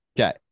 Okay